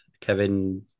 Kevin